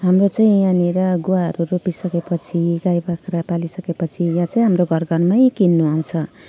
हाम्रो चाहिँ यहाँनिर गुवाहरू रोपिसकेपछि गाई बाख्रा पालिसकेपछि यहाँ चाहिँ हाम्रो घरघरमै किन्न आउँछ